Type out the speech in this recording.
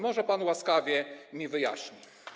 Może pan łaskawie mi wyjaśni?